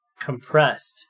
compressed